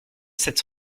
sept